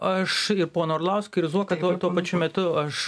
aš ir poną orlauską ir zuoką tuo tuo pačiu metu aš